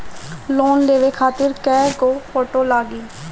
Loan लेवे खातिर कै गो फोटो लागी?